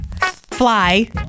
Fly